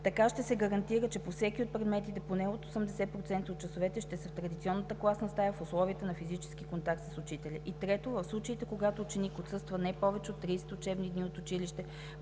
Така ще се гарантира, че по всеки от предметите и поне 80% от часовете ще са в традиционната класна стая в условията на физически контакт с учителя. Трето, в случаите, когато ученик отсъства по уважителни причини от училище